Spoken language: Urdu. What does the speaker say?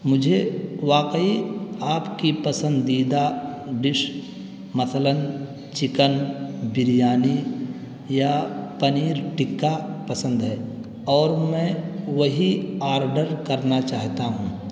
مجھے واقعی آپ کی پسندیدہ ڈش مثلاً چکن بریانی یا پنیر ٹکہ پسند ہے اور میں وہی آرڈر کرنا چاہتا ہوں